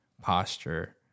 posture